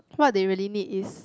what they really need is